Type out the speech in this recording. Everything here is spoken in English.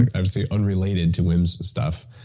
and obviously, unrelated to wim's stuff.